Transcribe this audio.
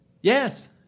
Yes